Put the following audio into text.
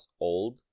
old